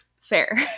Fair